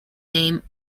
name